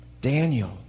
Daniel